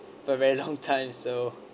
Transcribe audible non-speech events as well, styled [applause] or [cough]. for very [laughs] long time so